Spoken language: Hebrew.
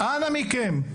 אנא מכם,